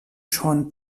schon